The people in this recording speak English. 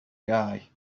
guy